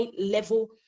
level